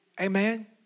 Amen